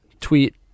tweet